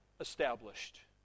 established